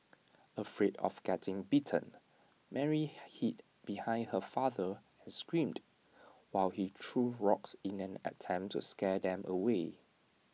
afraid of getting bitten Mary hid behind her father and screamed while he threw rocks in an attempt to scare them away